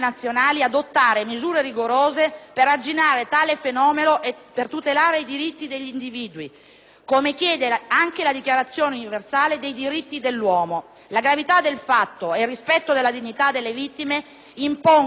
come chiede anche la Dichiarazione universale dei diritti dell'uomo. La gravità del fatto e il rispetto della dignità delle vittime impongono interventi sanzionatori capaci di restituire all'intera società credibilità nella giustizia.